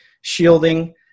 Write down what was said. shielding